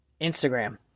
Instagram